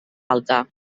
alta